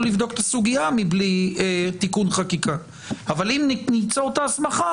לבדוק את הסוגיה מבלי תיקון חקיקה אבל אם ניצור את ההסמכה,